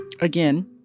again